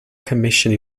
commission